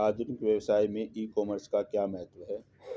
आधुनिक व्यवसाय में ई कॉमर्स का क्या महत्व है?